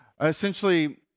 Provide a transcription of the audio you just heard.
essentially